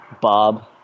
Bob